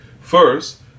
First